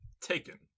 taken